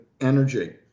energy